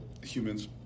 humans